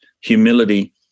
humility